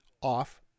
off